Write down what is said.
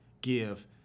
give